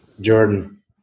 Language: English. Jordan